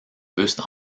buste